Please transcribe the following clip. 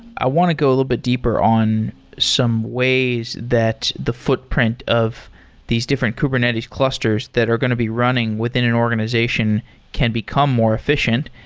i want to go a little bit deeper on some ways that the footprint of these different kubernetes clusters that are going to be running within an organization can become more efficient.